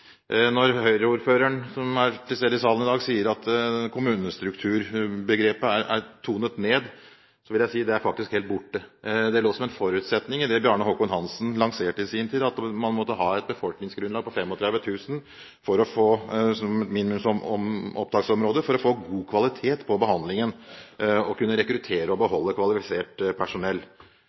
som er til stede i salen i dag, sier at kommunestrukturbegrepet er tonet ned, men jeg vil si at det faktisk er helt borte. Det lå som en forutsetning i det Bjarne Håkon Hanssen lanserte i sin tid, at man måtte ha et befolkningsgrunnlag på 35 000 som et minimumsopptaksområde for å få god kvalitet på behandlingen og kunne rekruttere og beholde kvalifisert personell.